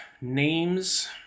names